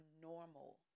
normal